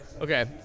okay